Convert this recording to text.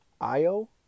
Io